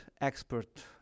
expert